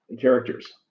characters